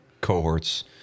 cohorts